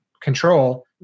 control